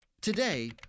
Today